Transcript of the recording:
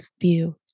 view